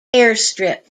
airstrip